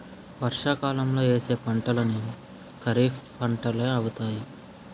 వర్షాకాలంలో యేసే పంటలన్నీ ఖరీఫ్పంటలే అవుతాయి